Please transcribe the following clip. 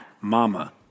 Mama